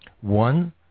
One